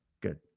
good